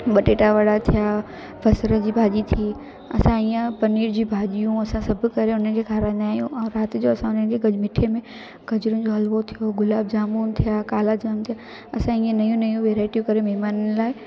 बटेटा वड़ा थिया बसर जी भाॼी थी असां ईअं पनीर जी भाॼियूं असां सभु करे हुन खे खाराईंदा आहियूं ऐं राति जो असां हुननि खे कुझु मिठे में गजरुनि जो हलवो थियो गुलाब जामून थिया काला जामून थिया असां ईअं नयूं नयूं वैराइटियूं करे महिमाननि लाइ फ़